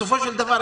בסופו של דבר,